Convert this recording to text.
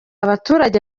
abaturage